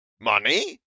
money